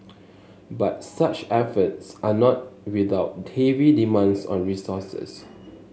but such efforts are not without heavy demands on resources